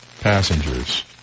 passengers